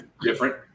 different